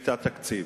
ואת התקציב.